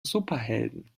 superhelden